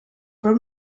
prou